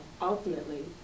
ultimately